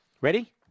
Ready